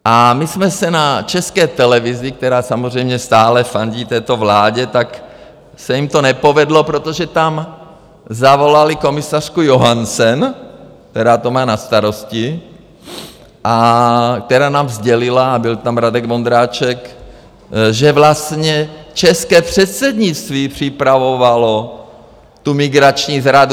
A my jsme se na České televizi, která samozřejmě stále fandí této vládě, tak se jim to nepovedlo, protože tam zavolali komisařku Johansson, která to má na starosti a která nám sdělila a byl tam Radek Vondráček že vlastně české předsednictví připravovalo tu migrační zradu.